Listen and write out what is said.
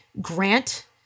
grant